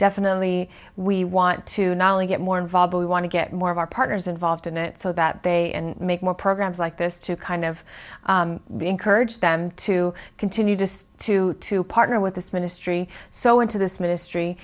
definitely we want to not only get more involved but we want to get more of our partners involved in it so that they and make more programs like this to kind of be encourage them to continue just to to partner with this ministry so into this